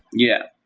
yeah.